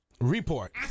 Report